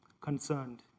Concerned